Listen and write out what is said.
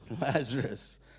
Lazarus